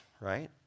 right